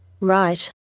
Right